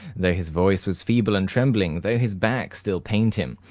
though his voice was feeble and trembling, though his back still pained him,